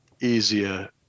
easier